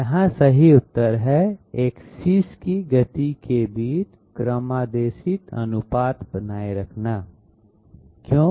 यहाँ सही उतर है एक्सिस की गति के बीच क्रमादेशित अनुपात बनाए रखना क्यों